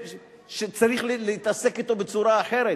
צריך להתעסק אתו בצורה אחרת.